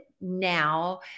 now